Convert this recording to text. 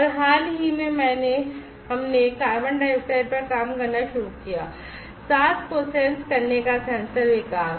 और हाल ही में हमने कार्बन डाइऑक्साइड पर काम करना शुरू किया सांस को सेंस करने का सेंसर विकास